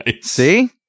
See